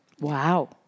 Wow